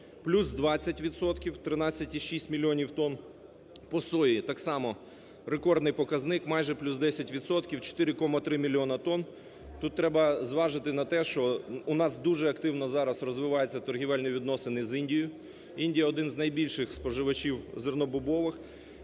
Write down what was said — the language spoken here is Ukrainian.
відсотків – 13,6 мільйонів тонн. По сої так само рекордний показник: майже плюс 10 відсотків – 4,3 мільйона тонн. Тут треба зважити на те, що у нас дуже активно зараз розвиваються торгівельні відносини з Індією. Індія – один з найбільших споживачів зернобобових.